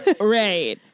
Right